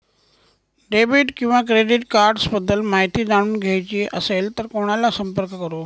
Debit किंवा credit cards बद्दल माहिती जाणून घ्यायची असेल तर कोणाला संपर्क करु?